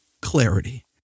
clarity